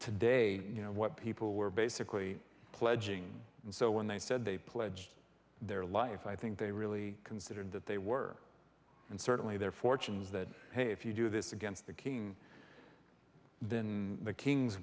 today you know what people were basically pledging and so when they said they pledged their life i think they really considered that they were and certainly their fortunes that hey if you do this against the king then the king